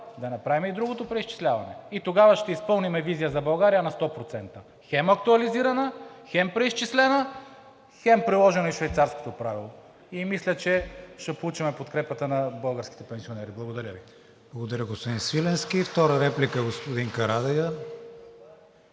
да направим и другото преизчисляване. Тогава ще изпълним „Визия за България“ на 100% – хем актуализирана, хем преизчислена, хем ще е приложено и Швейцарското правило и мисля, че ще получим подкрепата на българските пенсионери. Благодаря Ви. ПРЕДСЕДАТЕЛ КРИСТИАН ВИГЕНИН: Благодаря Ви, господин Свиленски. Втора реплика – господин Карадайъ.